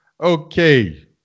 Okay